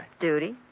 Duty